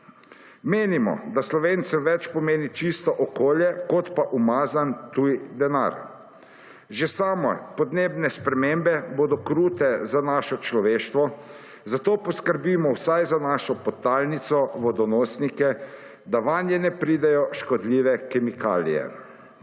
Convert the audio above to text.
Menimo, da Slovencem več pomeni čisto okolje kot pa umazan tuj denar. Že same podnebne spremembe bodo krute za naše človeštvo, zato poskrbimo vsaj za našo podtalnico, vodonosnike, da vanje ne pridejo škodljive kemikalije.